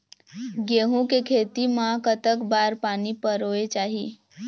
गेहूं के खेती मा कतक बार पानी परोए चाही?